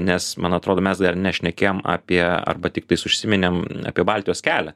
nes man atrodo mes dar nešnekėjom apie arba tiktais užsiminėm apie baltijos kelią